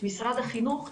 משרד החינוך,